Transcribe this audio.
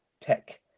tech